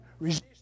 resist